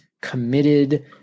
committed